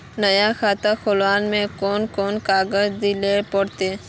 नया खाता खोले में कौन कौन कागज देल पड़ते?